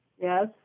Yes